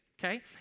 okay